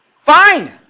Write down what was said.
Fine